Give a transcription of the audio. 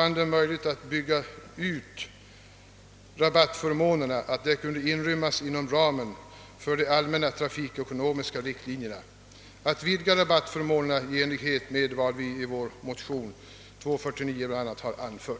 är möjligt att bygga ut rabattförmånerna och att de kan rymmas inom ramen för de allmänna trafikekonomiska riktlinjerna, alltså att vidga rabattförmånerna i enlighet med vad vi bl.a. anfört i vår motion, II: 49.